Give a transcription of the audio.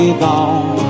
gone